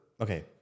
okay